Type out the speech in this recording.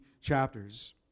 chapters